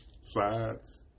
Sides